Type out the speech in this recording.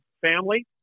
family